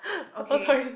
okay